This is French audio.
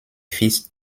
fils